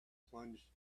plunge